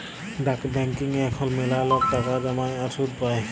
ডাক ব্যাংকিংয়ে এখল ম্যালা লক টাকা জ্যমায় আর সুদ পায়